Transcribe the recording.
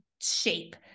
shape